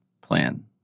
plan